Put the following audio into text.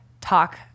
talk